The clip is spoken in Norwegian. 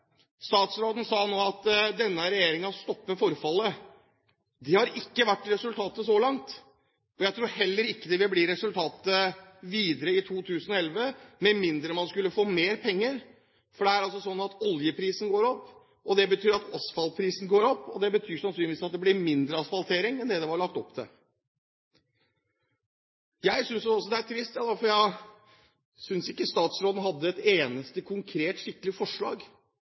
Statsråden sa nå at denne regjeringen stopper forfallet. Det har ikke vært resultatet så langt. Jeg tror heller ikke det vil bli resultatet videre utover i 2011 med mindre man skulle få mer penger. Oljeprisen går opp. Det betyr at asfaltprisen går opp, og det betyr sannsynligvis at det blir mindre asfaltering enn det var lagt opp til. Jeg synes det er trist at statsråden ikke hadde et eneste konkret, skikkelig forslag